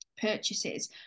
purchases